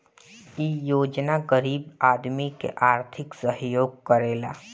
इ योजना गरीब आदमी के आर्थिक सहयोग करेला